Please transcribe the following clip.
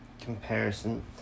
comparison